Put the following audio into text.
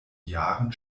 jahren